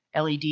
LED